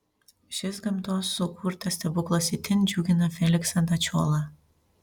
šis gamtos sukurtas stebuklas itin džiugina feliksą dačiolą